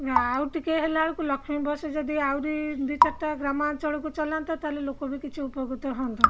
ଆଉ ଟିକେ ହେଲା ବେଳକୁ ଲକ୍ଷ୍ମୀ ବସ୍ ଯଦି ଆହୁରି ଦୁଇ ଚାରିଟା ଗ୍ରାମାଞ୍ଚଳକୁ ଚଲାନ୍ତା ତା'ହେଲେ ଲୋକ ବି କିଛି ଉପକୃତ ହୁଅନ୍ତା